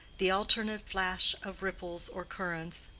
the alternate flash of ripples or currents,